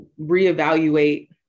reevaluate